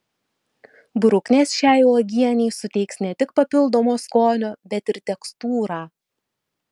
bruknės šiai uogienei suteiks ne tik papildomo skonio bet ir tekstūrą